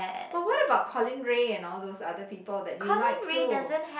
but what about Colin-Ray and all those other people that you like too